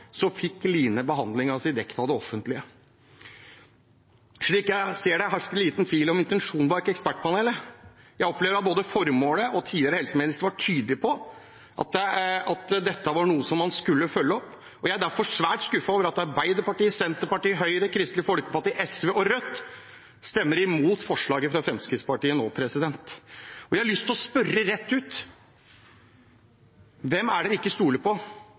det offentlige. Slik jeg ser det, hersker det liten tvil om intensjonen bak Ekspertpanelet. Jeg opplever både at formålet var tydelig, og at tidligere helseminister var tydelig på at dette var noe man skulle følge opp. Jeg er derfor svært skuffet over at Arbeiderpartiet, Senterpartiet, Høyre, Kristelig Folkeparti, SV og Rødt stemmer imot forslaget fra Fremskrittspartiet nå. Jeg har lyst til å spørre rett ut: Hvem er det de ikke stoler på?